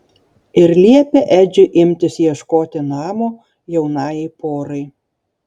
ir liepė edžiui imtis ieškoti namo jaunajai porai